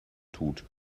tut